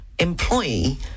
Employee